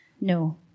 No